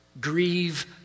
grieve